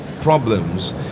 problems